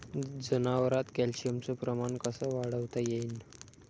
जनावरात कॅल्शियमचं प्रमान कस वाढवता येईन?